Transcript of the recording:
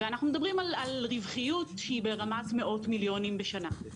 ואנחנו מדברים על רווחיות ברמת מאות מיליוני שקלים בשנה.